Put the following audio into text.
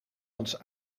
ons